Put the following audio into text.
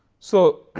so,